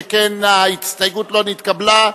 שכן ההסתייגות לא נתקבלה.